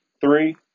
Three